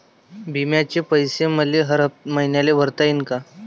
बिम्याचे पैसे मले हर मईन्याले भरता येईन का?